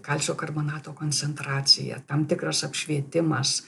kalcio karbonato koncentracija tam tikras apšvietimas